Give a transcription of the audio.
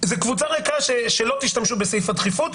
זה קבוצה ריקה שלא תשתמשו בסעיף הדחיפות,